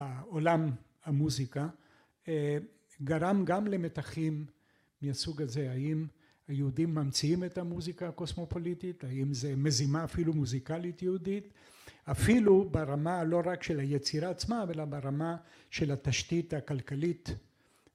עולם המוזיקה גרם גם למתחים מהסוג הזה, האם היהודים ממציאים את המוזיקה הקוסמופוליטית? האם זה מזימה אפילו מוזיקלית יהודית? אפילו ברמה לא רק של היצירה עצמה, אלא ברמה של התשתית הכלכלית